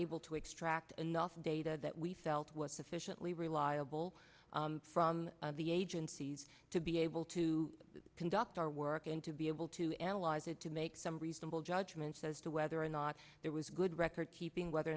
able to extract enough data that we felt was sufficiently reliable from the agencies to be able to conduct our work and to be able to analyze it to make some reasonable judgments as to whether or not it was a good record keeping whether or